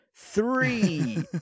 three